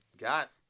got